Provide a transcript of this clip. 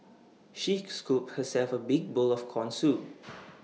she scooped herself A big bowl of Corn Soup